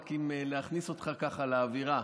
רק להכניס אותך ככה לאווירה.